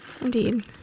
Indeed